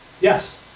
Yes